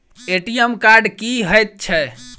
ATM card की हएत छै?